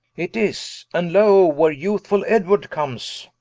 it is, and loe where youthfull edward comes.